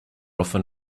often